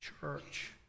church